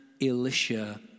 Elisha